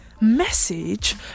message